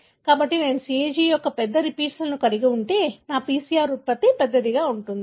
కాబట్టి నేను CAG యొక్క పెద్ద రిపీట్లను కలిగి ఉంటే నా PCR ఉత్పత్తి పెద్దదిగా ఉంటుంది